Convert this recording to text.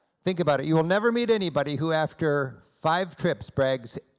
think about it, you will never meet anybody who after five trips, brags,